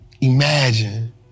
Imagine